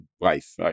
life